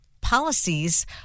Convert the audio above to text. policies